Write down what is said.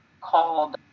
called